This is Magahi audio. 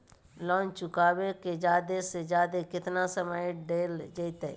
लोन चुकाबे के जादे से जादे केतना समय डेल जयते?